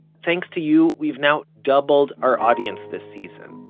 thanks to you, we've now doubled our audience this season,